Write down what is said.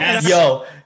Yo